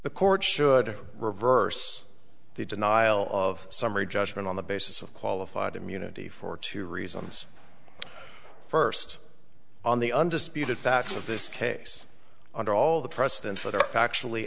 the court should reverse the denial of summary judgment on the basis of qualified immunity for two reasons first on the undisputed facts of this case under all the precedents that are actually